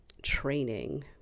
training